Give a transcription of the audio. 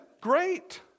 great